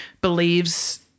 believes